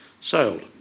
sailed